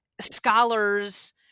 scholars